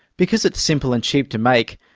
because it's simple and cheap to make,